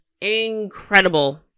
incredible